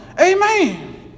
Amen